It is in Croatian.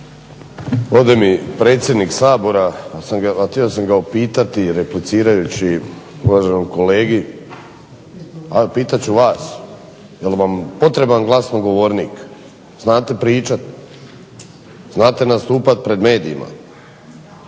Ode mi predsjednik Sabora, htio sam ga upitati replicirajući uvaženom kolegi, a pitat ću vas. Jel vam potreban glasnogovornik, znate pričat, znate nastupat pred medijima.